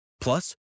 Plus